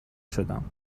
شدم